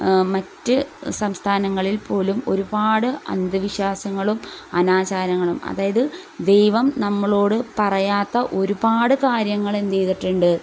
മറ്റ് സംസ്ഥാനങ്ങളിൽപ്പോലും ഒരുപാട് അന്ധവിശ്വാസങ്ങളും അനാചാരങ്ങളും അതായത് ദൈവം നമ്മളോട് പറയാത്ത ഒരുപാട് കാര്യങ്ങൾ എന്തുചെയ്തിട്ടുണ്ട്